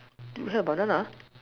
do you have a banana